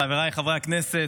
חבריי חברי הכנסת,